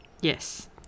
Yes